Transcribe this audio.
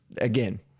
again